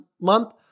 month